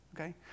okay